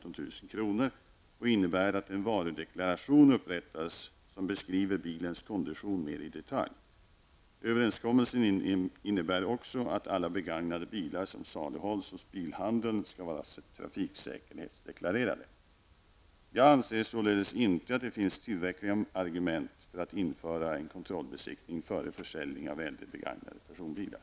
och innebär att en varudeklaration upprättas som beskriver bilens kondition mer i detalj. Överenskommelsen innebär också att alla begagnade bilar som saluhålls hos bilhandeln skall vara trafiksäkerhetsdeklarerade. Jag anser således inte att det finns tillräckliga argument för att införa en kontrollbesiktning före försäljning av äldre begagnade personbilar.